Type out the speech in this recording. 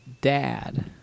dad